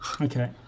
Okay